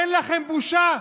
אין לכם בושה.